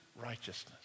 righteousness